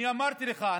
אני אמרתי לך,